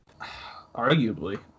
Arguably